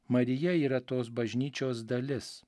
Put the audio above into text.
marija yra tos bažnyčios dalis